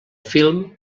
film